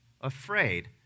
afraid